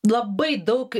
labai daug